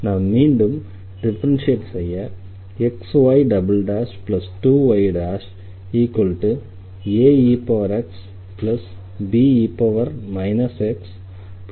எனவே நாம் மீண்டும் டிஃபரன்ஷியேட் செய்ய xy2yaexbe x2 கிடைக்கிறது